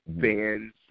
fans